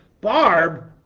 Barb